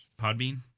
Podbean